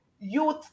youth